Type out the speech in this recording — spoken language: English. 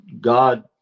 God